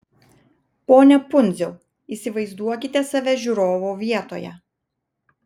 pone pundziau įsivaizduokite save žiūrovo vietoje